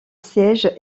siège